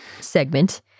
segment